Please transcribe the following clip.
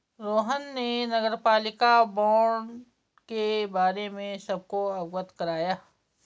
रोहन ने नगरपालिका बॉण्ड के बारे में सबको अवगत कराया